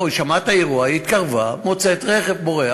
היא שמעה את האירוע, היא התקרבה, מוצאת רכב בורח,